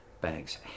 banks